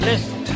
Listen